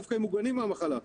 דווקא הם מוגנים מהמחלה,